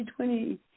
2020